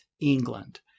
England